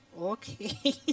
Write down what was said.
Okay